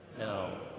No